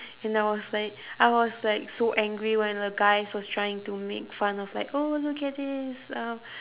and I was like I was like so angry when the guys was trying to make fun of like oh look at this uh